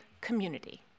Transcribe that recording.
community